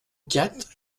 quatre